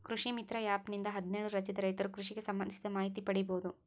ಕೃಷಿ ಮಿತ್ರ ಆ್ಯಪ್ ನಿಂದ ಹದ್ನೇಳು ರಾಜ್ಯದ ರೈತರು ಕೃಷಿಗೆ ಸಂಭಂದಿಸಿದ ಮಾಹಿತಿ ಪಡೀಬೋದು